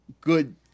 good